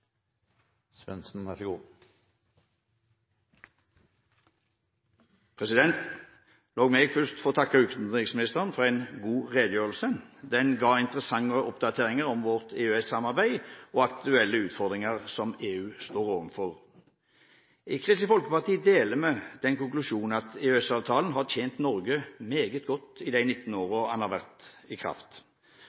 La meg først få takke utenriksministeren for en god redegjørelse. Den ga interessante oppdateringer om vårt EØS-samarbeid og aktuelle utfordringer som EU står overfor. I Kristelig Folkeparti deler vi den konklusjonen at EØS-avtalen har tjent Norge meget godt i de 19 årene den har vært i kraft.